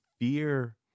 fear